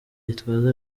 gitwaza